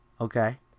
Okay